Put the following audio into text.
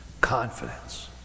Confidence